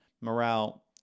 morale